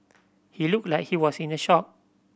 he looked like he was in a shock